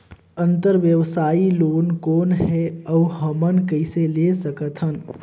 अंतरव्यवसायी लोन कौन हे? अउ हमन कइसे ले सकथन?